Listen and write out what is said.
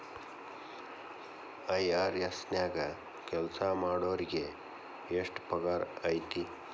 IRS ನ್ಯಾಗ್ ಕೆಲ್ಸಾಮಾಡೊರಿಗೆ ಎಷ್ಟ್ ಪಗಾರ್ ಐತಿ?